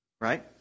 Right